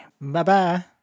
Bye-bye